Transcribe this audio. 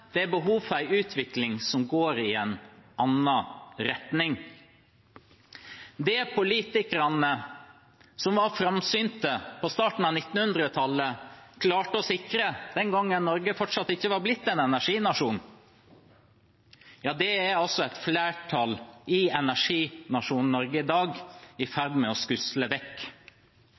Det er behov for en utvikling som går i en annen retning. Det politikerne som var framsynte på starten av 1900-tallet klarte å sikre den gangen Norge fortsatt ikke var blitt en energinasjon – ja, det er et flertall i energinasjonen Norge i dag i ferd med å skusle vekk.